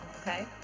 okay